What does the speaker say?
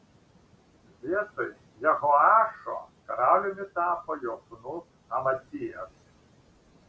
vietoj jehoašo karaliumi tapo jo sūnus amacijas